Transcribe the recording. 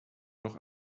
noch